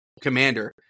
Commander